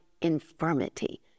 infirmity